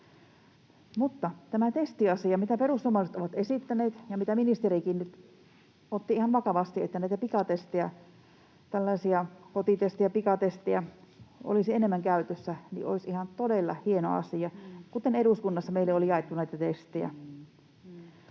tämä testiasia, mitä perussuomalaiset ovat esittäneet ja minkä ministerikin nyt otti ihan vakavasti, että näitä kotitestejä ja pikatestejä olisi enemmän käytössä, olisi ihan todella hieno asia — aivan kuten eduskunnassa meille oli jaettu näitä testejä.